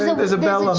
there's a bell ah